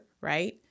right